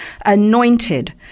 anointed